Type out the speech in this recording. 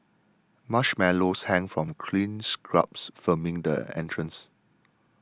marshmallows hang from green shrubs framing the entrance